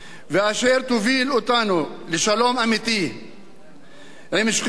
דרך אשר תוביל אותנו לשלום אמיתי עם שכנינו,